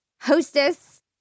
hostess